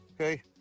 okay